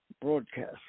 broadcast